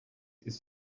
ist